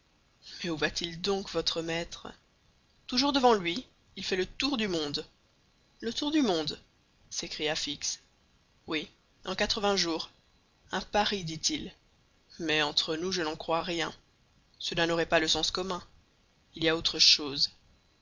mais où va-t-il donc votre maître toujours devant lui il fait le tour du monde le tour du monde s'écria fix oui en quatre-vingts jours un pari dit-il mais entre nous je n'en crois rien cela n'aurait pas le sens commun il y a autre chose